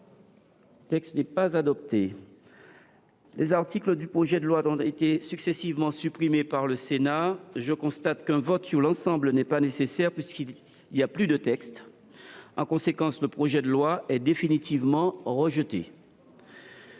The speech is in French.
Le Sénat n’a pas adopté. Les articles du projet de loi ont été successivement supprimés par le Sénat. Je constate qu’un vote sur l’ensemble n’est pas nécessaire, puisqu’il n’y a plus de texte. En conséquence, le projet de loi relative aux